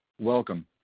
Welcome